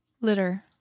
Litter